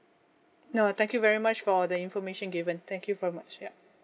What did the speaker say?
no thank you very much for the information given thank you very much ya